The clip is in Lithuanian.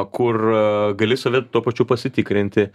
kur gali save tuo pačiu pasitikrinti